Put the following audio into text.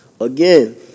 again